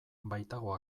baitago